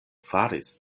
faris